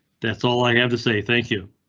that's all i have to say, thank you.